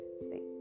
state